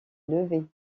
levé